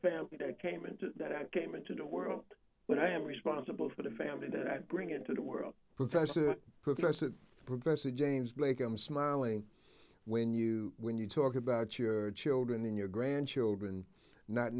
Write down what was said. family that came and that i came into the world when i am responsible for the family that bring into the world professor professor professor james blake i'm smiling when you when you talk about your children in your grandchildren not